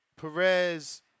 Perez